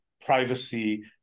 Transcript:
privacy